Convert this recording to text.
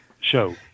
show